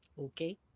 Okay